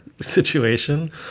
situation